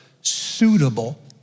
suitable